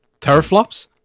teraflops